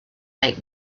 make